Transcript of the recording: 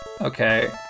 Okay